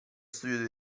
studio